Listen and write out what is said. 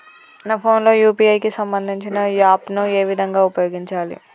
నా ఫోన్ లో యూ.పీ.ఐ కి సంబందించిన యాప్ ను ఏ విధంగా ఉపయోగించాలి?